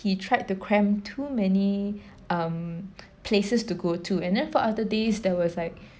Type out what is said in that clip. he tried to cram too many um places to go to and then for other days there was like